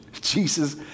Jesus